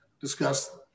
discuss